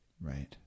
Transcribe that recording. right